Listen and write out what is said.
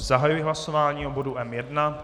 Zahajuji hlasování o bodu M1.